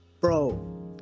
bro